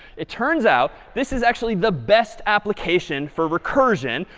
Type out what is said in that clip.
it turns out this is actually the best application for recursion,